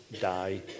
die